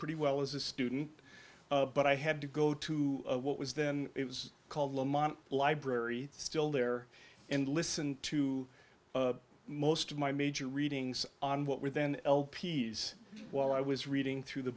pretty well as a student but i had to go to what was then it was called library still there and listened to most of my major readings on what were then l p s while i was reading through the